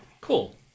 Cool